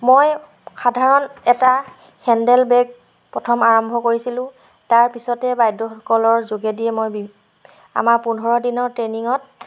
মই সাধাৰণ এটা হেণ্ডেল বেগ প্ৰথম আৰম্ভ কৰিছিলোঁ তাৰ পিছতে বাইদেউসকলৰ যোগেদিয়ে মই বি আমাৰ পোন্ধৰ দিনৰ ট্ৰেইনিঙত